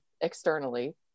externally